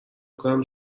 کنم